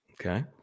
Okay